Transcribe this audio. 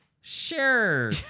Sure